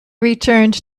returned